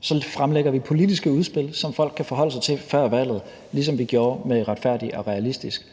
Så fremlægger vi politiske udspil, som folk kan forholde sig til før valget, ligesom vi gjorde med »Retfærdig og Realistisk«.